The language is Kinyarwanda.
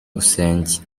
usenge